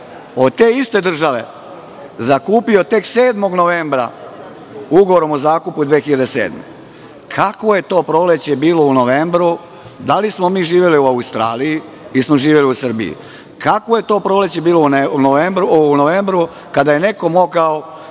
od te iste države zakupio tek 7. novembra ugovorom o zakupu 2007. godine. Kakvo je to proleće bilo u novembru? Da li smo mi živeli u Australiji ili smo živeli u Srbiji? Kakvo je to proleće bilo u novembru, kada je neko mogao